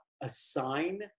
assign